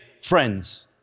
friends